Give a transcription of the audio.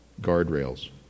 guardrails